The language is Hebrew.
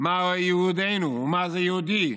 מה ייעודנו ומה זה יהודי,